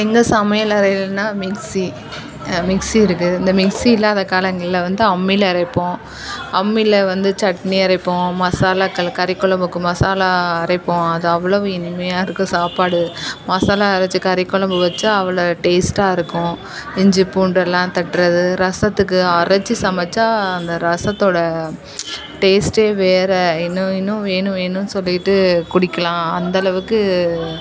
எங்கள் சமையலறையிலைன்னா mixie mixie இருக்குது இந்த மிக்ஸி இல்லாத காலங்களில் வந்து அம்மியில் அரைப்போம் அம்மியில் வந்து சட்னி அரைப்போம் மசாலாக்கள் கறி கொழம்புக்கு மசாலா அரைப்போம் அது அவ்வளோவு இனிமையாக இருக்குது சாப்பாடு மசாலா அரச்சு கறி கொழம்பு வைச்சா அவ்வளோ டேஸ்ட்டாக இருக்கும் இஞ்சி பூண்டெல்லாம் தட்டுறது ரசத்துக்கு அரைச்சி சமைச்சா அந்த ரசத்தோடய டேஸ்ட்டே வேறு இன்னும் இன்னும் வேணும் வேணும்னு சொல்லிவிட்டு குடிக்கலாம் அந்தளவுக்கு